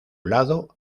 lado